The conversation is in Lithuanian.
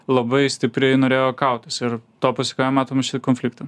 labai stipriai norėjo kautis ir to pasekmėje matom šitą konfliktą